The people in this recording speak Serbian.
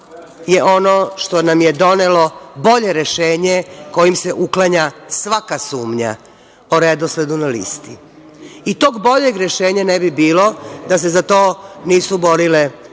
je ono što nam je donelo bolje rešenje kojim se uklanja svaka sumnja o redosledu na listi. I tog boljeg rešenja ne bi bilo da se za to nisu borile